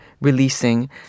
releasing